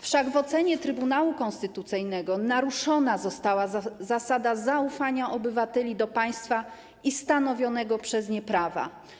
Wszak w ocenie Trybunału Konstytucyjnego naruszona została zasada zaufania obywateli do państwa i stanowionego przez nie prawa.